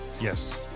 Yes